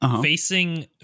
facing